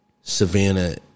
Savannah